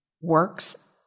works